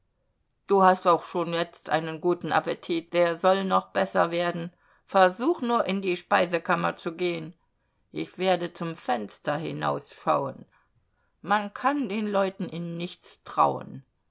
du hast auch schon jetzt einen guten appetit der soll noch besser werden versuch nur in die speisekammer zu gehen ich werde zum fenster hinausschauen man kann den leuten in nichts trauen